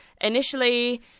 Initially